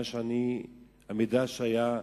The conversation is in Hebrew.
ממה שאני קראתי ומהמידע שהיה,